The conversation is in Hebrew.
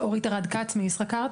אורית ארד כ"ץ, מישראכרט.